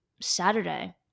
Saturday